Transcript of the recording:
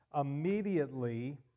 immediately